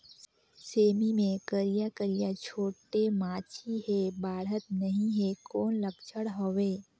सेमी मे करिया करिया छोटे माछी हे बाढ़त नहीं हे कौन लक्षण हवय?